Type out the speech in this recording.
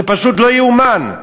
זה פשוט לא ייאמן.